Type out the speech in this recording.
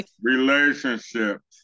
Relationships